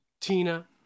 tina